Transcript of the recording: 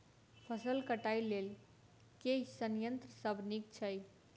फसल कटाई लेल केँ संयंत्र सब नीक छै?